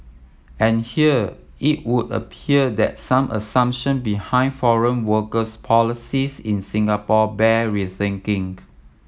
and here it would appear that some assumption behind foreign workers policies in Singapore bear rethinking